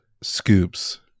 Scoops